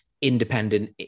independent